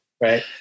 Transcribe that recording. Right